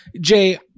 Jay